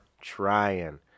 trying